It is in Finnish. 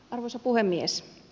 arvoisa puhemies